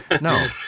No